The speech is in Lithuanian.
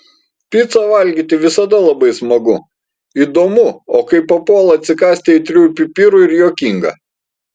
picą valgyti visada labai smagu įdomu o kai papuola atsikąsti aitriųjų pipirų ir juokinga